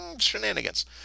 Shenanigans